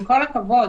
עם כל הכבוד,